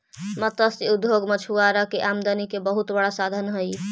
मत्स्य उद्योग मछुआरा के आमदनी के बहुत बड़ा साधन हइ